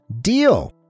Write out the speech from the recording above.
deal